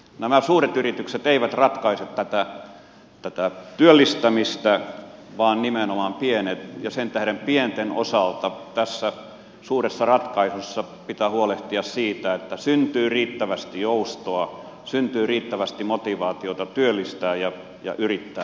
nämä suuret yritykset eivät ratkaise tätä työllistämistä vaan nimenomaan pienet ja sen tähden pienten osalta tässä suuressa ratkaisussa pitää huolehtia siitä että syntyy riittävästi joustoa syntyy riittävästi motivaatiota työllistää ja yrittää